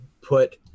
put